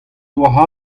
doa